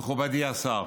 מכובדי השר,